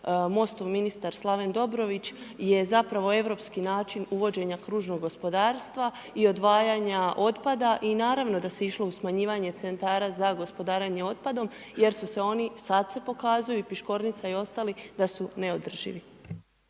MOST-ov ministar Slaven Dobrović, je zapravo europski način uvođenja kružnog gospodarstva i odvajanja otpada. I naravno da se išlo u smanjivanje centara za gospodarenje otpadom jer su se oni, sada se pokazuju i Piškornica i ostali da su neodrživi.